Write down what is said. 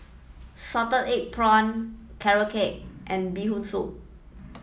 salted egg prawns carrot cake and bee hoon soup